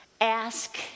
Ask